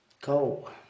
Go